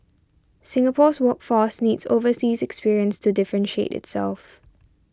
Singapore's workforce needs overseas experience to differentiate itself